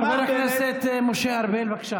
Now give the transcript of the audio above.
חבר הכנסת משה ארבל, בבקשה.